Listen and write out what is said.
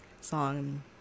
song